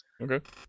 Okay